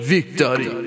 Victory